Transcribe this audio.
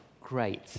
Great